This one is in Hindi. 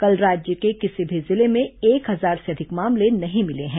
कल राज्य में किसी भी जिले में एक हजार से अधिक मामले नहीं मिले हैं